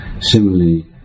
similarly